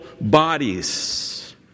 bodies